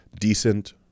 Decent